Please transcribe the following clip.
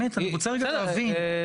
אני רוצה להבין,